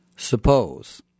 Suppose